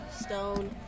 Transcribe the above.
stone